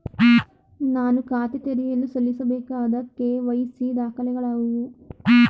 ನಾನು ಖಾತೆ ತೆರೆಯಲು ಸಲ್ಲಿಸಬೇಕಾದ ಕೆ.ವೈ.ಸಿ ದಾಖಲೆಗಳಾವವು?